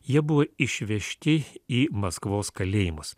jie buvo išvežti į maskvos kalėjimus